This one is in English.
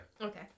Okay